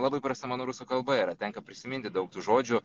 labai prasta mano rusų kalba yra tenka prisiminti daug tų žodžių